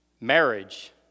Marriage